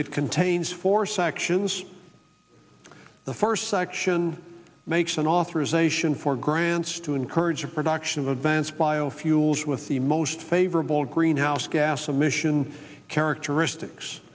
it contains four sections the first section makes an authorization for grants to encourage the production of advanced biofuels with the most favorable greenhouse gas emission characteristics